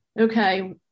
okay